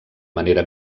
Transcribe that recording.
manera